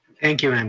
thank you, and